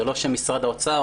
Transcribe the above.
זה לא שמשרד האוצר,